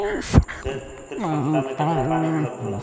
क्षेत्र क्षमता में केतना पानी उपलब्ध होला?